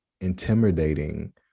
intimidating